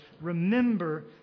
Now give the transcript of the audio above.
Remember